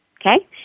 Okay